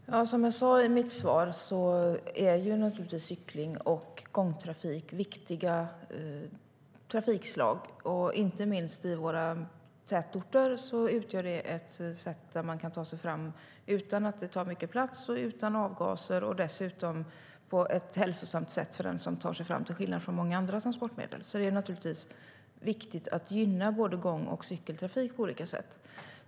Herr talman! Som jag sa i mitt svar är cykling och gångtrafik naturligtvis viktiga trafikslag. Inte minst i våra tätorter utgör de ett sätt att ta sig fram utan att det tar mycket plats och utan avgaser. Dessutom är det ett hälsosamt sätt att ta sig fram, till skillnad från många andra transportmedel. Därför är det naturligtvis viktigt att gynna både gång och cykeltrafik på olika sätt.